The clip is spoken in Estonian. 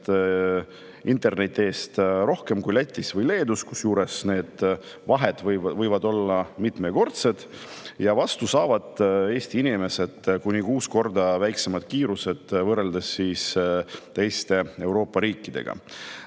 interneti eest rohkem kui Lätis või Leedus, kusjuures [hinna]vahed võivad olla mitmekordsed, ja vastu saavad Eesti inimesed kuni kuus korda väiksema kiiruse võrreldes teiste Euroopa riikidega.